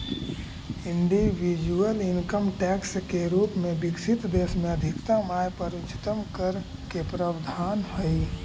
individual income tax के रूप में विकसित देश में अधिकतम आय पर उच्चतम कर के प्रावधान हई